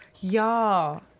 Y'all